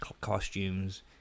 costumes